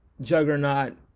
juggernaut